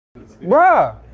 bruh